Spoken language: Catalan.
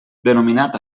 denominat